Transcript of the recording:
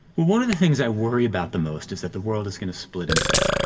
one of the things i worry about the most is that the world is gonna split in two,